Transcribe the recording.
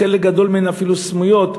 חלק גדול מהן אפילו סמויות,